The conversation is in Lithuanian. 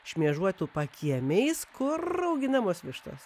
šmėžuotų pakiemiais kur auginamos vištos